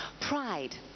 Pride